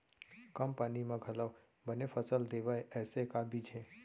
कम पानी मा घलव बने फसल देवय ऐसे का बीज हे?